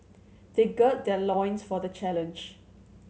they gird their loins for the challenge